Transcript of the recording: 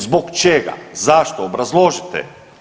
Zbog čega, zašto, obrazložite?